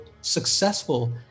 successful